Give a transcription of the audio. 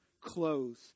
clothes